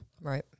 Right